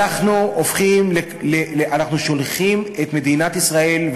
אנחנו שולחים את מדינת ישראל,